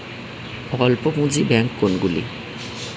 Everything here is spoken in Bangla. অল্প পুঁজি ব্যাঙ্ক কোনগুলি?